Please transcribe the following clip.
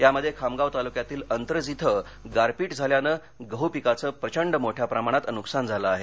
यामध्ये खामगाव तालुक्यातील अंत्रज इथं गारपिट झाल्यानं गहू पिकाचे प्रचंड मोठ्या प्रमाणात नुकसान झालं आहे